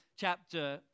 chapter